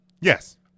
yes